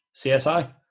CSI